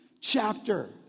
chapter